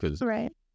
right